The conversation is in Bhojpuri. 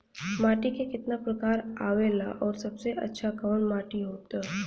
माटी के कितना प्रकार आवेला और सबसे अच्छा कवन माटी होता?